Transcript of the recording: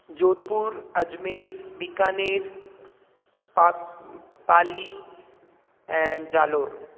Jodhpur Ajmer Bikaner Pali and Jalore